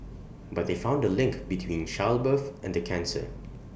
but they found A link between childbirth and the cancer